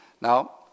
now